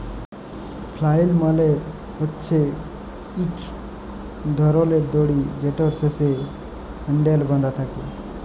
flail মালে হছে ইক ধরলের দড়ি যেটর শেষে হ্যালডেল বাঁধা থ্যাকে